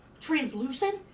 translucent